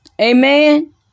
Amen